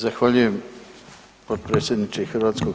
Zahvaljujem potpredsjedniče HS.